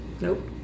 Nope